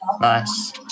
Nice